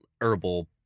herbal